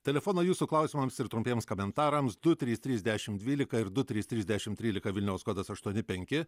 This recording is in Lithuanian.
telefonai jūsų klausimams ir trumpiems komentarams du trys trys dešimt dvylika ir du trys trys dešimt trylika vilniaus kodas aštuoni penki